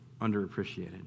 underappreciated